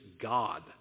God